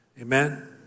Amen